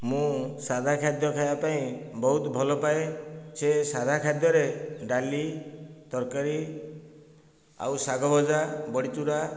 ମୁଁ ସାଧା ଖାଦ୍ୟ ଖାଇବା ପାଇଁ ବହୁତ ଭଲପାଏ ସେ ସାଧା ଖାଦ୍ୟରେ ଡାଲି ତରକାରୀ ଆଉ ଶାଗଭଜା ବଡ଼ିଚୂରା